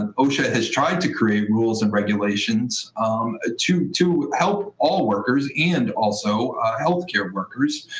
and osha has tried to create rules and regulations ah to to help all workers and also health-care workers.